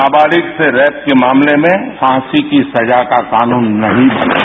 नाबालिग से रेप के मामले में फांसी की सजा का कानून नहीं बनता